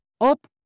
up